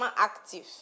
actif